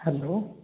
hello